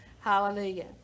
Hallelujah